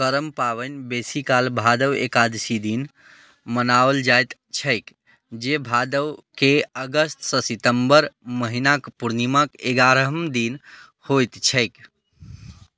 करम पाबनि बेसीकाल भादव एकादशी दिन मनाओल जाइत छै जे भादवके अगस्तसँ सितम्बरके महिनाके पूर्णिमाके एगारहम दिन होइत छै